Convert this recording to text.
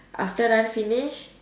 after run finish